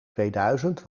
tweeduizend